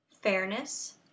fairness